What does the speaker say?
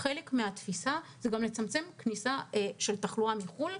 וחלק מהתפיסה זה גם לצמצם כניסה של תחלואה מחו"ל,